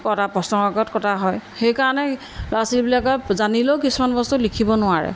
কটা প্ৰশ্ন কাকত কটা হয় সেইকাৰণে ল'ৰা ছোৱালীবিলাকৰ জানিলেও কিছুমান বস্তু লিখিব নোৱাৰে